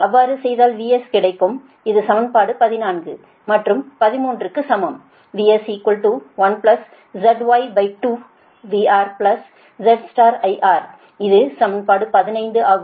அவ்வாறு செய்தால் VS கிடைக்கும் இது சமன்பாடு 14 மற்றும் 13 க்கு சமம் VS1ZY2VRZIR இது சமன்பாடு 15 ஆகும்